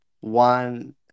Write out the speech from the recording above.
one